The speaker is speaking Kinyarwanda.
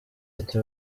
ati